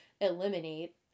eliminate